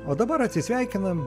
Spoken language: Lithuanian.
o dabar atsisveikinam